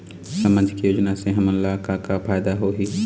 सामाजिक योजना से हमन ला का का फायदा होही?